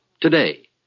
today